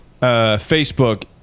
Facebook